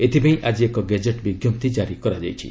ଏଥିପାଇଁ ଆଜି ଏକ ଗେଜେଟ୍ ବିଜ୍ଞପ୍ତି ଜାରି କରାଯାଇଛି